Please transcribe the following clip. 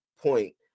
point